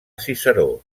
ciceró